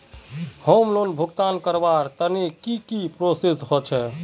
Home loan भुगतान करवार तने की की प्रोसेस होचे?